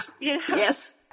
Yes